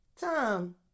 Tom